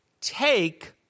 take